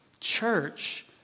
Church